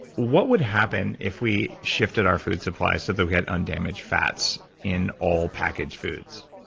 what would happen if we shifted our food supply so that we had undamaged fats in all packaged foods?